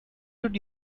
did